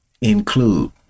include